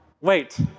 wait